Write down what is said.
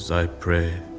so i pray.